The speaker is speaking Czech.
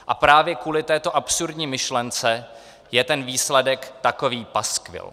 A právě kvůli této absurdní myšlence je ten výsledek takový paskvil.